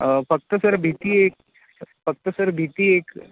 फक्त सर भीती एक फक्त सर भीती एक